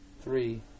Three